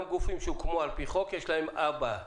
גם גופים שהוקמו על פי חוק יש להם אבא בממשלה.